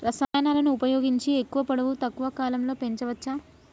రసాయనాలను ఉపయోగించి ఎక్కువ పొడవు తక్కువ కాలంలో పెంచవచ్చా?